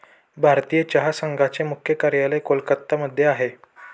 भारतीय चहा संघाचे मुख्य कार्यालय कोलकत्ता मध्ये आहे